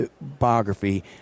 biography